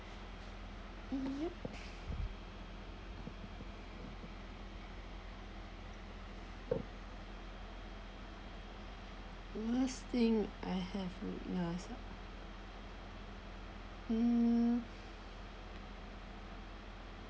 worst thing I have with ourselves mm